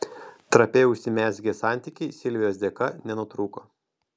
trapiai užsimezgę santykiai silvijos dėka nenutrūko